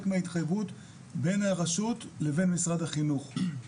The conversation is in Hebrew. מההתחייבות בין הראשות לבין משרד החינוך.